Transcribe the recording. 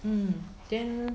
mm then